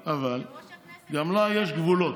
אבל גם לה יש גבולות.